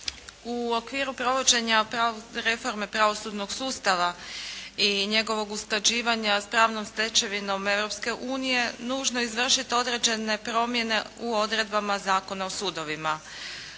U okviru provođenja reforme pravosudnog sustava i njegovog usklađivanja sa pravnom stečevinom Europske unije nužno je izvršiti određene promjene u odredbama Zakona o sudovima.